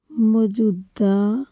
ਮੌਜੂਦਾ